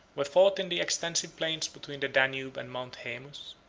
were fought in the extensive plains between the danube and mount haemus.